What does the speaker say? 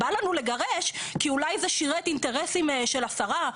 בא לנו לגרש כי אולי זה שירת אינטרסים של השרה?